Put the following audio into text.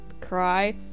cry